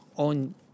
on